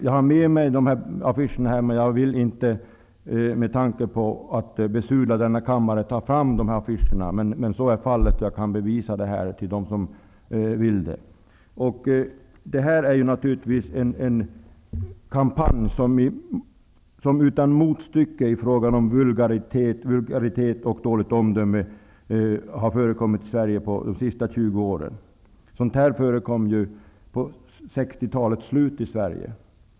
Jag har med mig dessa affischer här, men jag vill inte besudla kammaren genom att ta fram dem. Jag kan bevisa detta för dem som vill det. Detta är naturligtvis en kampanj som är utan motstycke i fråga om vulgaritet och dåligt omdöme. Det har inte förekommit i Sverige på de sista 20 åren. Sådant förekom på slutet av 60-talet i Sverige.